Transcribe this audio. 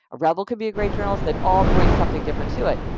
a rebel could be a great journalist. they'd all bring something different to it,